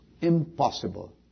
impossible